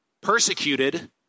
Persecuted